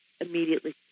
immediately